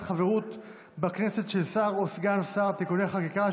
חברות בכנסת של שר או סגן שר (תיקוני חקיקה),